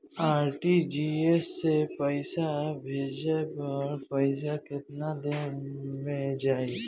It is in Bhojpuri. आर.टी.जी.एस से पईसा भेजला पर पईसा केतना देर म जाई?